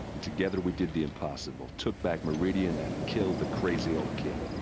together we did the impossible. took back meridian and killed the crazy old king.